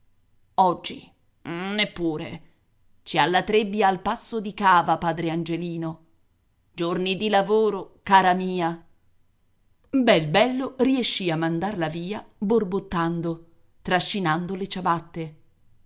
oggi neppure ci ha la trebbia al passo di cava padre angelino giorni di lavoro cara mia bel bello riescì a mandarla via borbottando trascinando le ciabatte